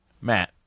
Matt